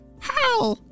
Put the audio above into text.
Hi